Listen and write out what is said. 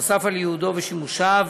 נוסף על ייעודו ושימושיו,